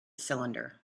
cylinder